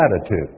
attitude